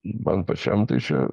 man pačiam tai čia